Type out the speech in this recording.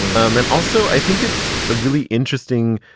um and also i think it's a really interesting,